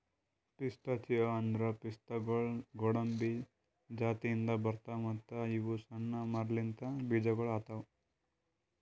pistachio ಅಂದುರ್ ಪಿಸ್ತಾಗೊಳ್ ಗೋಡಂಬಿ ಜಾತಿದಿಂದ್ ಬರ್ತಾವ್ ಮತ್ತ ಇವು ಸಣ್ಣ ಮರಲಿಂತ್ ಬೀಜಗೊಳ್ ಆತವ್